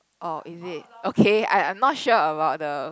oh is it okay I I'm not sure about the